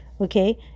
Okay